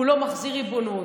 הוא לא מחזיר ריבונות.